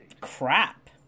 crap